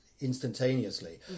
instantaneously